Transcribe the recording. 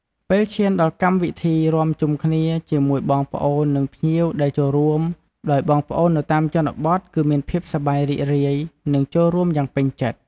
ពេលឈានដល់កម្មវិធីរាំជុំគ្នាជាមួយបងប្អូននិងភ្ញៀវដែលចូលរួម ដោយបងប្អូននៅតាមជនបទគឺមានភាពសប្បាយរីករាយនិងចូលរួមយ៉ាងពេញចិត្ត។